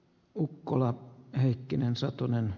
ukkola heikkinen satunnainen